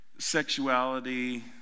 sexuality